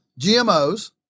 GMOs